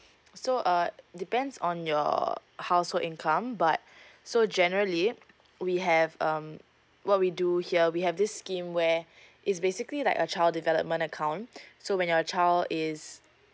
so uh depends on your household income but so generally we have um what we do here we have this scheme where it's basically like a child development account so when your child is